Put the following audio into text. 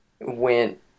went